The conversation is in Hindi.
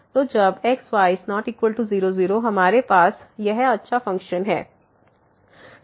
तो जब x y≠0 0 हमारे पास यह अच्छा फ़ंक्शन है